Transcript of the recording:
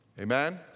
Amen